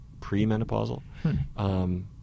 premenopausal